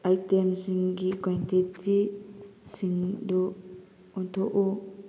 ꯑꯥꯏꯇꯦꯝꯁꯤꯡꯒꯤ ꯀ꯭ꯋꯦꯟꯇꯤꯇꯤꯁꯤꯡꯗꯨ ꯑꯣꯟꯊꯣꯛꯎ